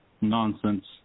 Nonsense